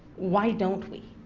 why don't we?